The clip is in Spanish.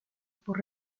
por